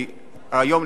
כי היום,